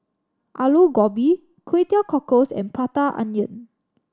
Aloo Gobi Kway Teow Cockles and Prata Onion